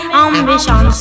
ambition